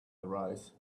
arise